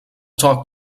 talk